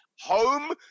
Home